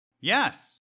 Yes